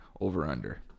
over-under